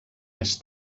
més